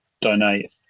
donate